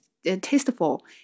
Tasteful